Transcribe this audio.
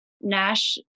Nash